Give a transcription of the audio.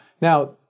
Now